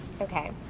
Okay